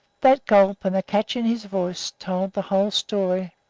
that gulp and the catch in his voice told the whole story.